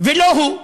ולא הוא,